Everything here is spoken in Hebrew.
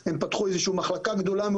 הם פתחו מחלקה גדולה,